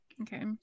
Okay